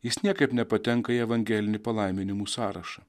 jis niekaip nepatenka į evangelinių palaiminimų sąrašą